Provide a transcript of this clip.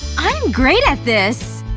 i'm great at this!